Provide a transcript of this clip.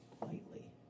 lightly